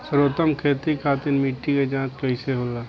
सर्वोत्तम खेती खातिर मिट्टी के जाँच कईसे होला?